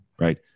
right